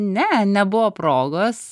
ne nebuvo progos